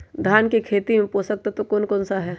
धान की खेती में पोषक तत्व कौन कौन सा है?